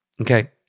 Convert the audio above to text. okay